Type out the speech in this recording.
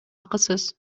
акысыз